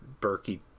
Berkey